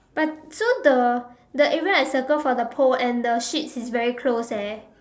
but so the the area I circle for the pole and the sheeps is very close eh